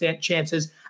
chances